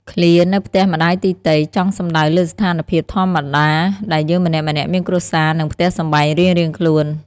ឃ្លា «នៅផ្ទះម្ដាយទីទៃ» ចង់សម្តៅលើស្ថានភាពធម្មតាដែលយើងម្នាក់ៗមានគ្រួសារ និងផ្ទះសម្បែងរៀងៗខ្លួន។